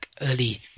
early